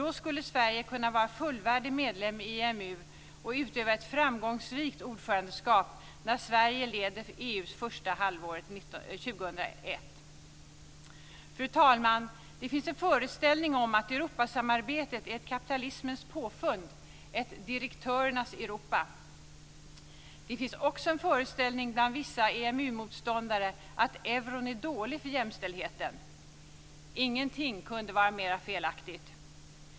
Då skulle Sverige kunna vara fullvärdig medlem i EMU och utöva ett framgångsrikt ordförandeskap när Sverige leder EU första halvåret 2001. Fru talman! Det finns en föreställning om att eurosamarbetet är ett kapitalismens påfund, ett "direktörernas Europa". Det finns också en föreställning bland vissa EMU-motståndare om att euron är dålig för jämställdheten. Ingenting kunde vara mer felaktigt.